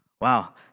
Wow